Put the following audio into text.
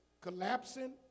collapsing